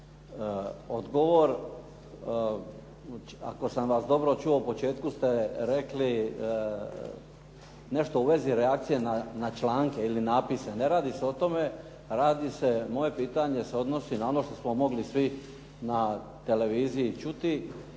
odgovor. Ako sam vas dobro čuo, u početku ste rekli nešto u vezi reakcije na članke ili napise. Ne radi se o tome, moje pitanje se odnosi na ono što smo mogli svi na televiziji čuti.